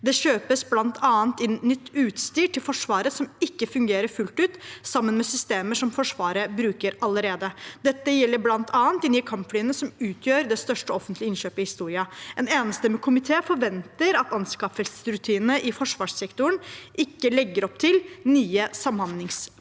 Det kjøpes bl.a. inn nytt utstyr til Forsvaret som ikke fungerer fullt ut sammen med systemer som Forsvaret allerede bruker. Dette gjelder bl.a. de nye kampflyene, som utgjør det største offentlige innkjøpet i historien. En enstemmig komité forventer at anskaffelsesrutinene i forsvarssektoren ikke legger opp til nye samhandlingsproblemer.